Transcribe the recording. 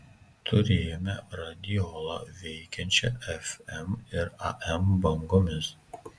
turėjome radiolą veikiančią fm ir am bangomis